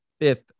fifth